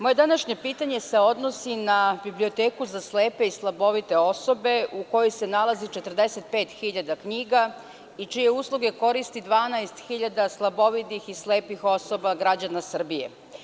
Moje današnje pitanje se odnosi na Biblioteku za slepe i slabovide osobe u kojoj se nalazi 45.000 knjiga i čije usluge koristi 12.000 slabovidih i slepih osoba građana Srbije.